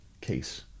case